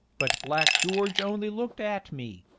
but black george only looked at me,